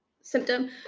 symptom